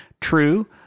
true